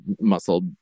muscle